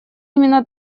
именно